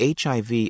HIV